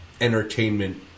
entertainment